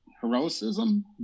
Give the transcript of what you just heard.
heroism